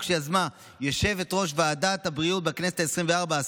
שיזמה יושבת-ראש ועדת הבריאות בכנסת העשרים-וארבע,